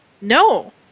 No